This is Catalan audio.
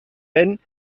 vent